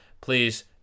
Please